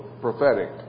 prophetic